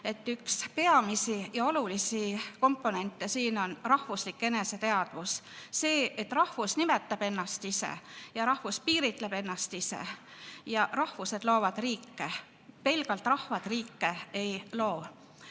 et üks peamisi ja olulisi komponente on rahvuslik eneseteadvus. See, et rahvus nimetab ennast ise ja rahvus piiritleb ennast ise ja rahvused loovad riike. Pelgalt rahvad riike ei loo.